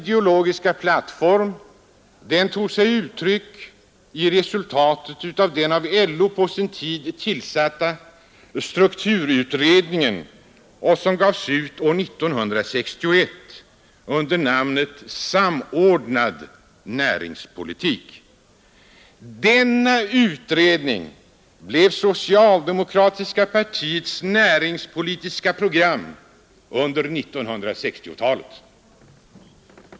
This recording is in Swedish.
Den tog sig uttryck i resultatet av den av LO på sin tid tillsatta strukturutredningen som gavs ut år 1961 under namnet Samordnad näringspolitik. Denna utredning blev socialdemokratiska partiets näringspolitiska program under 1960-talet.